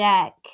Jack